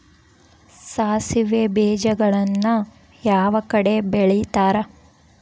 ಸಾಸಿವೆ ಬೇಜಗಳನ್ನ ಯಾವ ಕಡೆ ಬೆಳಿತಾರೆ?